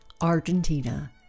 Argentina